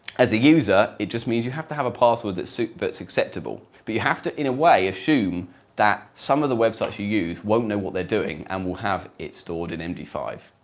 as a user, it just means you have to have a password that sui that's acceptable but you have to, in a way, assume that some of the websites that you use won't know what they're doing and will have it stored in m d five.